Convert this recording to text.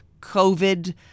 covid